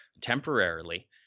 temporarily